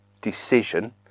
decision